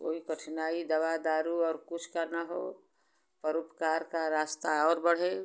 कोई कठिनाई दवा दारू और कुछ करना हो परोपकार का रास्ता और बढ़े